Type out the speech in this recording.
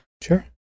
sure